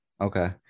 Okay